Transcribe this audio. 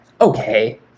okay